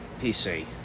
PC